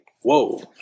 whoa